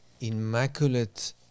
Immaculate